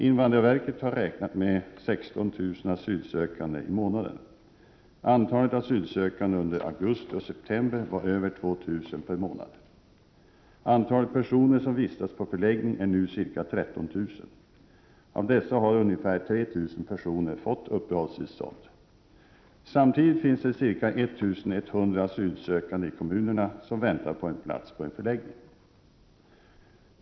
Invandrarverket har räknat med 1 600 asylsökande i månaden. Antalet asylsökande under augusti och september var över 2 000 per månad. Antalet personer som vistas på förläggning är nu ca 13 000. Av dessa har ungefär 3 000 personer fått uppehållstillstånd. Samtidigt finns det ca 1 100 asylsökande i kommunerna som väntar på en plats på en förläggning.